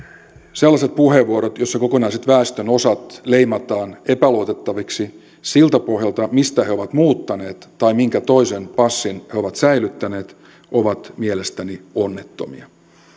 sellaiset puheenvuorot joissa kokonaiset väestönosat leimataan epäluotettaviksi siltä pohjalta mistä he ovat muuttaneet tai minkä toisen passin he ovat säilyttäneet ovat mielestäni onnettomia